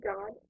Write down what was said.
God